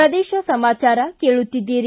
ಪ್ರದೇಶ ಸಮಾಚಾರ ಕೇಳುತ್ತೀದ್ದಿರಿ